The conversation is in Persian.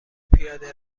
پیاده